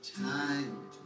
time